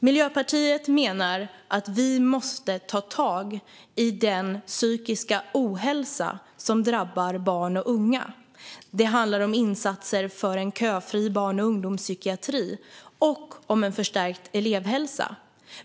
Miljöpartiet menar att vi måste ta tag i den psykiska ohälsa som drabbar barn och unga. Det handlar om insatser för en köfri barn och ungdomspsykiatri och om en förstärkt elevhälsa.